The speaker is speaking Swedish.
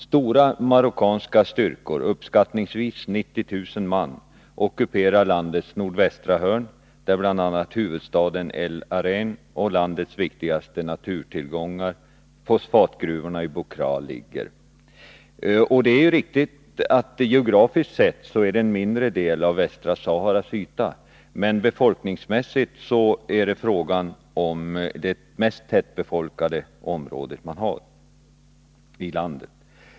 Stora marockanska styrkor, uppskattningsvis 90 000 man, ockuperar landets nordvästra hörn, där bl.a. huvudstaden El Aaiän, och landets viktigaste naturtillgångar, fosfatgruvorna i Bu Craa, ligger. Det är riktigt att det geografiskt sett är en mindre del av Västra Saharas yta, men befolkningsmässigt är det fråga om det mest tätbefolkade området i landet.